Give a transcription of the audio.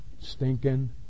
stinking